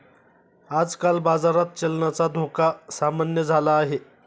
आजकाल बाजारात चलनाचा धोका सामान्य झाला आहे